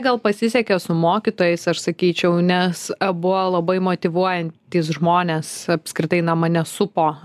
gal pasisekė su mokytojais aš sakyčiau nes buvo labai motyvuojantys žmonės apskritai na mane supo